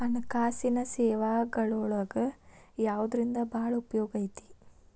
ಹಣ್ಕಾಸಿನ್ ಸೇವಾಗಳೊಳಗ ಯವ್ದರಿಂದಾ ಭಾಳ್ ಉಪಯೊಗೈತಿ?